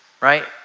right